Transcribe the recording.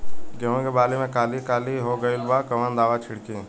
गेहूं के बाली में काली काली हो गइल बा कवन दावा छिड़कि?